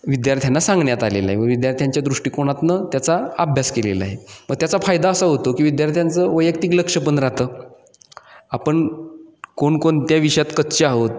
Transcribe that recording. विद्यार्थ्यांना सांगण्यात आलेलं आहे व विद्यार्थ्यांच्या दृष्टिकोनातुन त्याचा अभ्यास केलेला आहे व त्याचा फायदा असा होतो की विद्यार्थ्यांचं वैयक्तिक लक्ष पण राहतं आपण कोणकोणत्या विषयात कच्चेआहोत